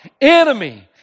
enemy